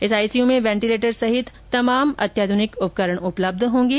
इस आईसीयू में वेंटिलेटर सहित तमाम अत्याधुनिक उपकरण उपलब्ध रहेंगे